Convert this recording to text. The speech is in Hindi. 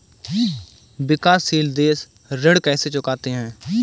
विकाशसील देश ऋण कैसे चुकाते हैं?